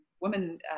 women